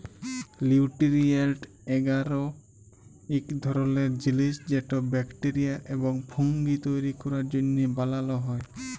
লিউটিরিয়েল্ট এগার ইক ধরলের জিলিস যেট ব্যাকটেরিয়া এবং ফুঙ্গি তৈরি ক্যরার জ্যনহে বালাল হ্যয়